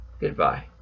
Goodbye